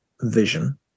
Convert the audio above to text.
vision